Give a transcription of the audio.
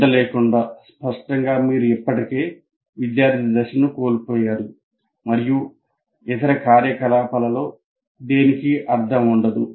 శ్రద్ధ లేకుండా స్పష్టంగా మీరు ఇప్పటికే విద్యార్థిదశ కోల్పోయారు మరియు ఇతర కార్యకలాపాలలో దేనికీ అర్థం ఉండదు